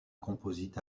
composite